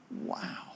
Wow